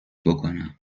بکنم